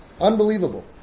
unbelievable